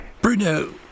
Bruno